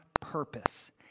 purpose